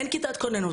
אין כיתת כוננות.